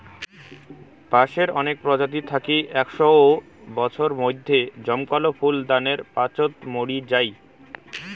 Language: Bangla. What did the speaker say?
বাঁশের অনেক প্রজাতি থাকি একশও বছর মইধ্যে জমকালো ফুল দানের পাচোত মরি যাই